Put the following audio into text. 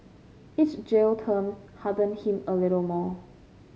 each jail term hardened him a little more